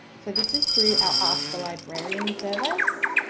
so this is through our ask-a-librarian service.